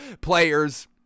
players